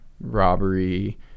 robbery